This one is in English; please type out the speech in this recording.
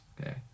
okay